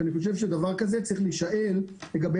אני חושב שדבר כזה צריך להישאר לגבי